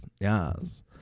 yes